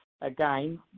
again